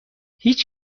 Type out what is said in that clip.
هیچ